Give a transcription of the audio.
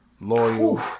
Loyal